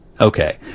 Okay